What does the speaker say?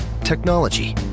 Technology